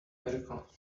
miracle